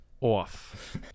off